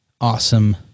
awesome